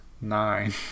nine